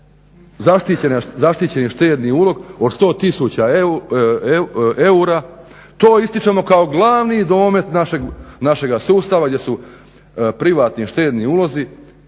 zaštićeni štedni ulog od 100 tisuća eura, to ističemo kao glavni domet našega sustava gdje su privatni, štedni ulozi